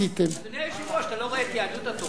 אדוני היושב-ראש, אתה לא רואה את יהדות התורה?